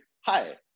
Hi